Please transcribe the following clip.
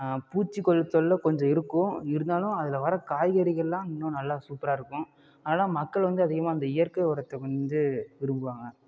பூச்சிக்கொள் தொல்லை கொஞ்சம் இருக்கும் இருந்தாலும் அதில் வர காய்கறிகள்லாம் இன்னும் நல்லா சூப்பராக இருக்கும் அதனால் மக்கள் வந்து அதிகமாக அந்த இயற்கை உரத்த வந்து விரும்புவாங்க